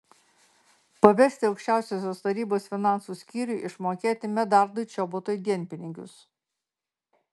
pavesti aukščiausiosios tarybos finansų skyriui išmokėti medardui čobotui dienpinigius